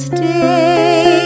Stay